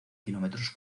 kilómetros